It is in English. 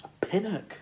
Pinnock